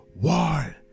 one